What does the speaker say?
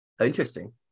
Interesting